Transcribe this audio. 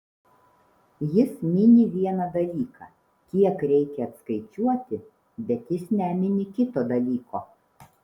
jis mini vieną dalyką kiek reikia atskaičiuoti bet jis nemini kito dalyko